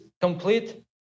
complete